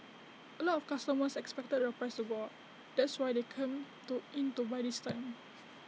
A lot of customers expected the price to go up that's why they come to in to buy this time